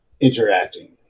interacting